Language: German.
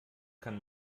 kann